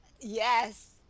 Yes